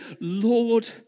Lord